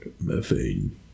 methane